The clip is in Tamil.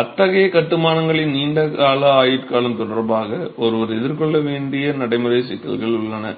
அத்தகைய கட்டுமானங்களின் நீண்ட கால ஆயுட்காலம் தொடர்பாக ஒருவர் எதிர்கொள்ள வேண்டிய நடைமுறைச் சிக்கல்கள் உள்ளன